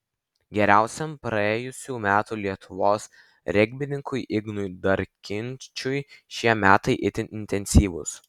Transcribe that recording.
geriausiam praėjusių metų lietuvos regbininkui ignui darkinčiui šie metai itin intensyvūs